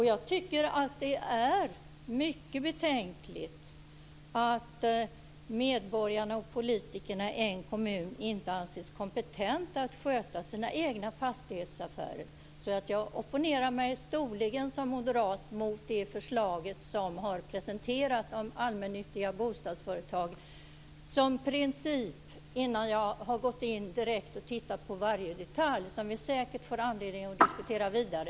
Jag tycker att det är mycket betänkligt att medborgarna och politikerna i en kommun inte anses kompetenta att sköta sina egna fastighetsaffärer. Jag opponerar mig som moderat i princip storligen mot det förslag som har presenterats om allmännyttiga bostadsföretag, detta innan jag har tittat på varje detalj i förslaget, som vi säkert senare får anledning att diskutera vidare.